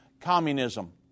communism